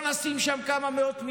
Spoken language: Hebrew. לא נשים שם כמה מאות מיליונים,